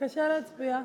בבקשה להצביע.